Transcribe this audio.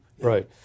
Right